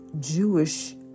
Jewish